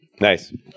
Nice